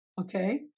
okay